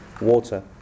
water